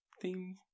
theme